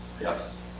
yes